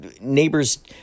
neighbors